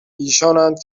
ایشانند